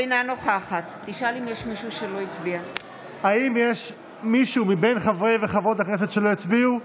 אינה נוכחת האם יש מישהו מבין חברי וחברות הכנסת שלא הצביע?